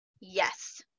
yes